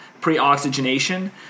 pre-oxygenation